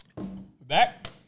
Back